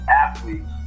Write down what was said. athletes